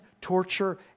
torture